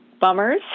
bummers